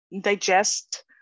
digest